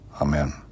amen